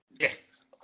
Yes